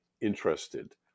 interested